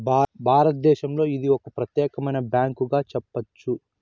భారతదేశంలో ఇది ఒక ప్రత్యేకమైన బ్యాంకుగా చెప్పొచ్చు